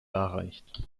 erreicht